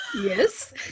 Yes